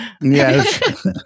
Yes